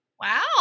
Wow